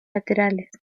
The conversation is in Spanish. laterales